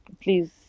Please